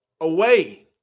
away